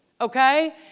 Okay